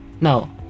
no